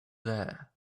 there